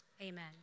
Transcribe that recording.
Amen